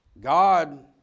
God